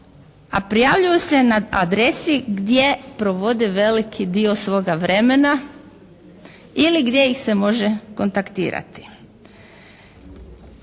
a prijavljuju se na adresi gdje provode veliki dio svoga vremena ili gdje ih se može kontaktirati.